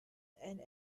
and